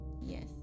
Yes